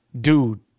dude